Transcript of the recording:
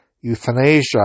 euthanasia